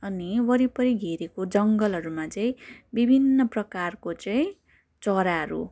अनि वरिपरि घेरेको जङ्गलहरूमा चाहिँ विभिन्न प्रकारको चाहिँ चराहरू